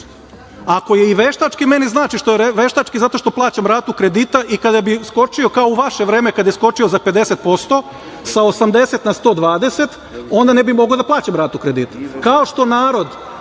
Ako je i veštački, meni znači što je veštački zato što plaćam ratu kredita i kada bi skočio, kao u vaše vreme kad je skočio za 50%, sa 80 na 120, onda ne bih mogao da plaćam ratu kredita. Kao što narod